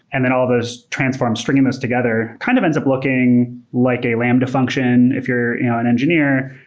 and then all of those transforms stringing this together, kind of ends up looking like a lambda function if you're an engineer,